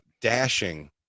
Dashing